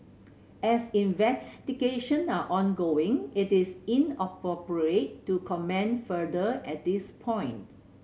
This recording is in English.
as investigations are ongoing it is inappropriate to comment further at this point